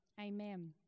Amen